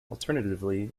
alternatively